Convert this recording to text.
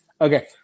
Okay